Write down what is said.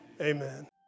Amen